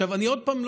עוד פעם,